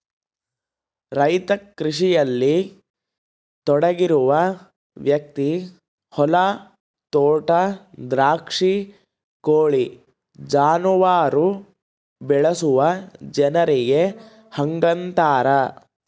ರೈತ ಕೃಷಿಯಲ್ಲಿ ತೊಡಗಿರುವ ವ್ಯಕ್ತಿ ಹೊಲ ತೋಟ ದ್ರಾಕ್ಷಿ ಕೋಳಿ ಜಾನುವಾರು ಬೆಳೆಸುವ ಜನರಿಗೆ ಹಂಗಂತಾರ